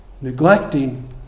Neglecting